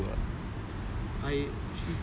tomorrow no lah surgery at ten A_M lah